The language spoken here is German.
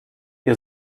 ihr